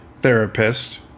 therapist